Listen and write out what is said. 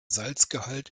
salzgehalt